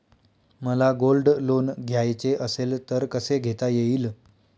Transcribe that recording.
मला gold loan घ्यायचे असेल तर कसे घेता येईल?